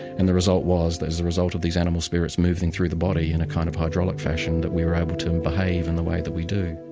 and the result was that as a result of these animal spirits moving through the body in a kind of hydraulic fashion that we were able to and behave in the way that we do.